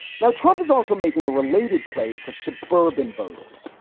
now, trump is also making a related play for suburban voters,